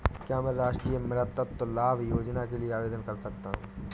क्या मैं राष्ट्रीय मातृत्व लाभ योजना के लिए आवेदन कर सकता हूँ?